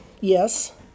Yes